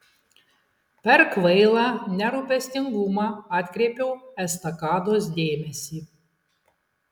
per kvailą nerūpestingumą atkreipiau estakados dėmesį